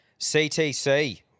CTC